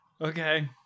Okay